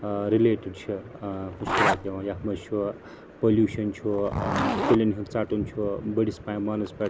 ٲں رِلیٹِڈ چھِ ٲں مشکلات یِوان یَتھ منٛز چھُ پوٚلیٛوٗشَن چھُ ٲں کُلیٚن ہُنٛد ژَٹُن چھُ بٔڑِس پیمانَس پٮ۪ٹھ